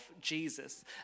Jesus